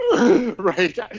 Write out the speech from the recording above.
right